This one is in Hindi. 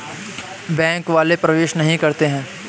बैंक वाले प्रवेश नहीं करते हैं?